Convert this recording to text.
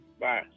Bye